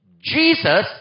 Jesus